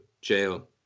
jail